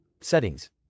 Settings